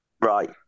Right